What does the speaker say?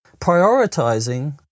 prioritizing